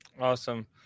Awesome